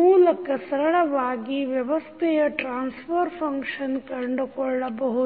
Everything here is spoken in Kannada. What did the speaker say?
ಮೂಲಕ ಸರಳವಾಗಿ ವ್ಯವಸ್ಥೆಯ ಟ್ರಾನ್ಸ್ಫರ್ ಫಂಕ್ಷನ್ನು ಕಂಡುಕೊಳ್ಳಬಹುದು